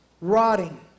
rotting